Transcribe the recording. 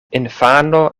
infano